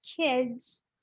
Kids